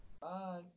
Bye